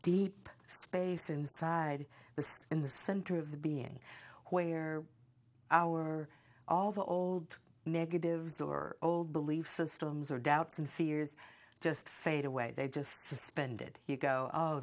deep space inside the space in the center of the being where our all the old negatives or old belief systems are doubts and fears just fade away they just suspended you go oh